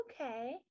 okay